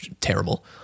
terrible